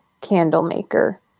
Candlemaker